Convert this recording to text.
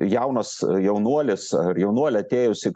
jaunas jaunuolis ar jaunuolė atėjus į